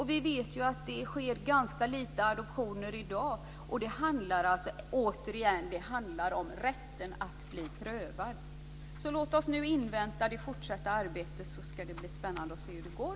Vi vet att det sker ganska få adoptioner i dag. Det handlar återigen om rätten att bli prövad. Låt oss nu invänta det fortsatta arbetet. Det ska bli spännande att se hur det går.